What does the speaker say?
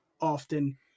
often